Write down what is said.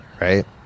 right